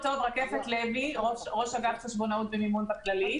ראש אגף חשבונאות ומימון בקופת חולים כללית.